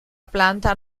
planta